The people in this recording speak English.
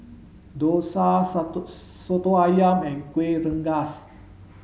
Dosa Soto Ayam and Kueh Rengas